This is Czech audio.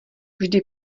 vždy